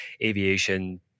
aviation